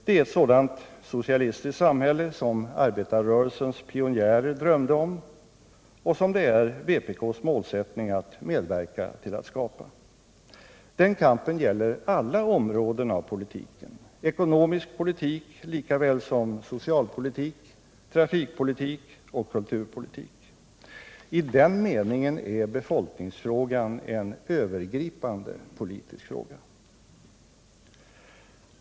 Det är ett sådant socialistiskt samhälle som arbetarrörelsens pionjärer drömde om och som det är vpk:s målsättning att medverka till att skapa. Den kampen gäller alla områden av politiken — ekonomisk politik lika väl som socialpolitik, trafikpolitik och kulturpolitik. I den meningen är befolkningsfrågan en övergripande politisk fråga.